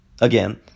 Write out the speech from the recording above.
Again